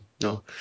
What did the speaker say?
no